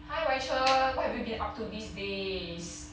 hi wai chen what have you been up to these days